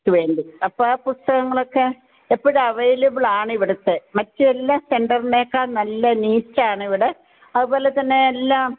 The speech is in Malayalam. അപ്പോൾ ആ പുസ്തകങ്ങളൊക്കെ എപ്പോഴും അവൈലബിള് ആണ് ഇവിടുത്തെ മറ്റു എല്ലാ സെന്ററിനേക്കാള് നല്ല നീറ്റ് ആണ് ഇവിടെ അതുപോലെത്തന്നെ എല്ലാം